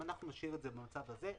אם אנחנו נשאיר את זה במצב הזה,